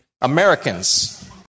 Americans